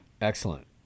Excellent